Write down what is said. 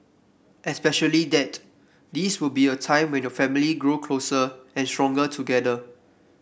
especially that this will be a time when your family grow closer and stronger together